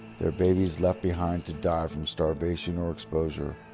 their babies left behind to die from starvation or exposure,